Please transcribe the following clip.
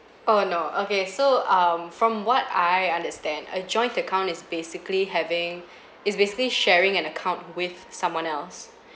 oh no okay so um from what I understand a joint account is basically having it's basically sharing an account with someone else